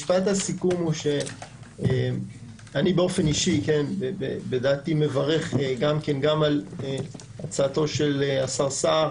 משפט הסיכום הוא שאני באופן אישי מברך על הצעתו של השר סער